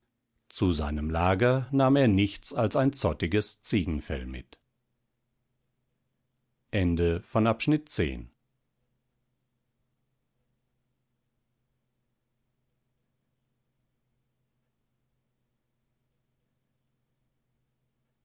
zu seinem lager nahm er nichts als ein zottiges ziegenfell mit